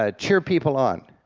ah cheer people on.